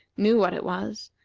knew what it was,